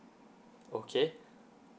okay